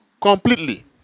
completely